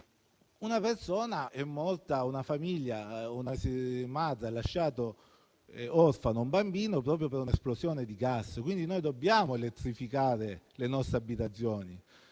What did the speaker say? o dieci giorni fa, una madre ha lasciato orfano un bambino proprio per un'esplosione di gas e quindi dobbiamo elettrificare le nostre abitazioni.